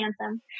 handsome